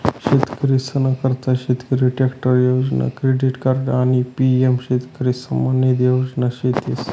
शेतकरीसना करता शेतकरी ट्रॅक्टर योजना, क्रेडिट कार्ड आणि पी.एम शेतकरी सन्मान निधी योजना शेतीस